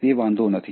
તે વાંધો નથી